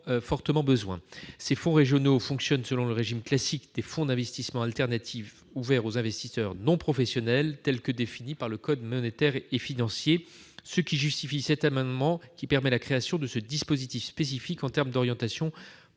fortement besoin. Ces fonds régionaux fonctionnent selon le régime classique des fonds d'investissement alternatifs ouverts aux investisseurs non professionnels tels que définis par le code monétaire et financier, ce qui justifie cet amendement qui permet la création de ce dispositif spécifique en termes d'orientation